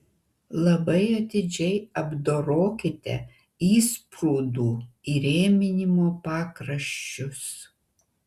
labai atidžiai apdorokite įsprūdų įrėminimo pakraščius